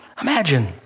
Imagine